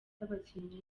abakinnyi